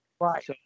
Right